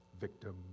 victim